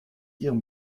ihrem